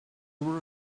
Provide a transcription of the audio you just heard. were